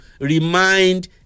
remind